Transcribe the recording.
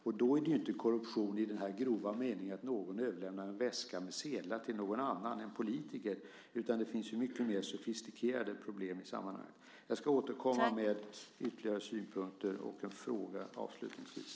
Då gäller det inte korruption i grov mening - att någon överlämnar en väska med sedlar till någon annan, till en politiker - utan det finns mycket mer sofistikerade problem i sammanhanget. Jag återkommer med ytterligare synpunkter och en fråga avslutningsvis.